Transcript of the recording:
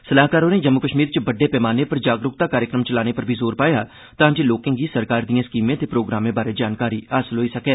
सलाहकार होरें जम्मू कश्मीर च बड्डे पैमाने पर जागरूकता कार्यक्रम चलाने पर बी जोर पाया तांजे लोकें गी सरकार दिए स्कीमें ते प्रोग्रामें बारै मती जानकारी हासल होई सकैं